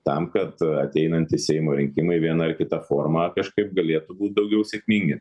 tam kad ateinantys seimo rinkimai viena ar kita forma kažkaip galėtų būt daugiau sėkmingi